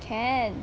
can